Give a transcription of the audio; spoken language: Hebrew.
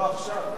לא, עכשיו.